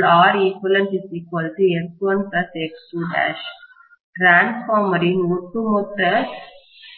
மின்மாற்றியின் டிரான்ஸ்பார்மரின் ஒட்டுமொத்த